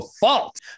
fault